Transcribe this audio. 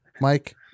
Mike